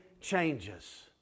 changes